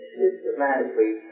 systematically